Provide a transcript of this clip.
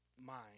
mind